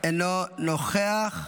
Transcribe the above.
אינו נוכח.